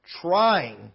trying